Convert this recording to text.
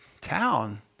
town